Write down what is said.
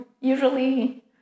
usually